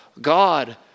God